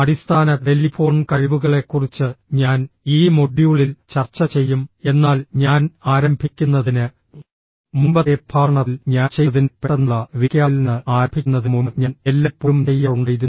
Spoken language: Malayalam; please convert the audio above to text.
അടിസ്ഥാന ടെലിഫോൺ കഴിവുകളെക്കുറിച്ച് ഞാൻ ഈ മൊഡ്യൂളിൽ ചർച്ച ചെയ്യും എന്നാൽ ഞാൻ ആരംഭിക്കുന്നതിന് മുമ്പത്തെ പ്രഭാഷണത്തിൽ ഞാൻ ചെയ്തതിന്റെ പെട്ടെന്നുള്ള റീക്യാപ്പിൽ നിന്ന് ആരംഭിക്കുന്നതിന് മുമ്പ് ഞാൻ എല്ലായ്പ്പോഴും ചെയ്യാറുണ്ടായിരുന്നു